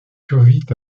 survit